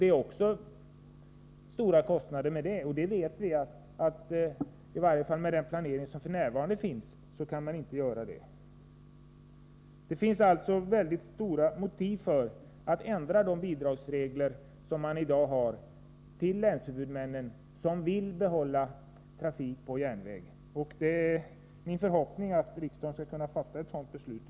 Det är stora kostnader förknippade även med detta. Med den planering som f. n. finns vet vi att en sådan utbyggnad inte går att klara. Det finns alltså starka motiv för att ändra de bidragsregler man i dag har till förmån för de länshuvudmän som vill behålla trafik på järnväg. Det är min förhoppning att riksdagen skall kunna fatta ett sådant beslut.